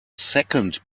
second